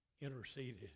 interceded